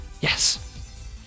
yes